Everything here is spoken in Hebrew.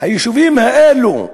ליישובים האלה,